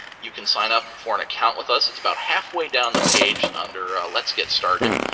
you can sign up for an account with us. it's about halfway down the page under let's get started.